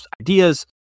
ideas